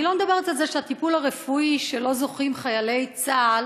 אני לא מדברת על זה שהטיפול הרפואי שלו זוכים חיילי צה"ל